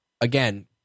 again